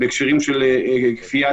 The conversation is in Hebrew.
שנה הם.